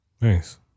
Nice